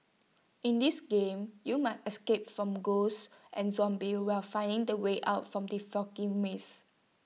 in this game you must escape from ghosts and zombies while finding the way out from the foggy maze